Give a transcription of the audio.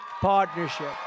Partnership